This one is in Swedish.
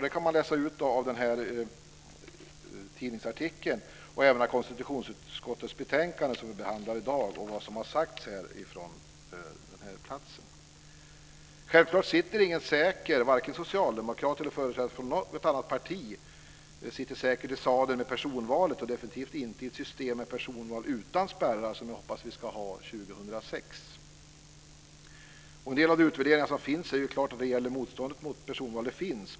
Det kan man läsa ut av den här tidningsartikeln och även av konstitutionsutskottets betänkande som vi behandlar i dag och av vad som har sagts från den här platsen. Självklart sitter ingen säkert i sadeln med personvalet, varken socialdemokrater eller företrädare för andra partier, definitiv inte i ett system med personval utan spärrar, som jag hoppas att vi ska ha år 2006. En del av de utvärderingar som finns säger klart att det finns ett motstånd mot personval.